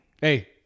Hey